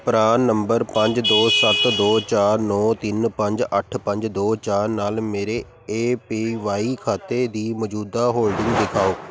ਪਰਾਨ ਨੰਬਰ ਪੰਜ ਦੋ ਸੱਤ ਦੋ ਚਾਰ ਨੌਂ ਤਿੰਨ ਪੰਜ ਅੱਠ ਪੰਜ ਦੋ ਚਾਰ ਨਾਲ ਮੇਰੇ ਏ ਪੀ ਵਾਈ ਖਾਤੇ ਦੀ ਮੌਜੂਦਾ ਹੋਲਡਿੰਗਜ਼ ਦਿਖਾਓ